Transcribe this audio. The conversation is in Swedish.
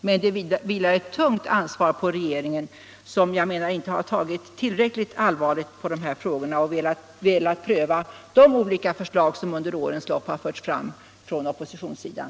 Men det vilar ett tungt ansvar på regeringen, som inte har tagit tillräckligt allvarligt på de här frågorna och velat pröva de olika förslag som under årens lopp förts fram från oppositionssidan.